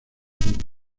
jardines